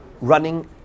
running